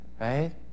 right